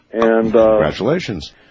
Congratulations